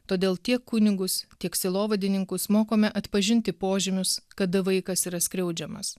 todėl tiek kunigus tiek sielovadininkus mokome atpažinti požymius kada vaikas yra skriaudžiamas